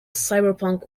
cyberpunk